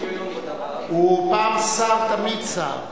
הוא, פעם שר, תמיד שר.